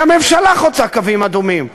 כי הממשלה חוצה קווים אדומים,